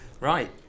Right